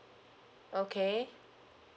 okay